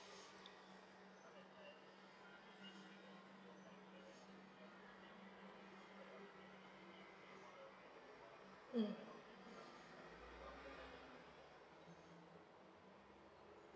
mm